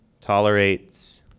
tolerates